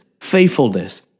faithfulness